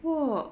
不过